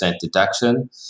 deduction